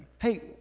hey